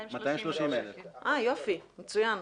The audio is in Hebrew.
230,000. מצוין.